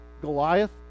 Goliath